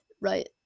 Right